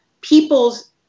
people's